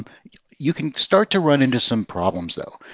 you can start to run into some problems, though.